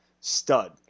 stud